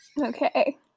Okay